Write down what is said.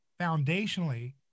foundationally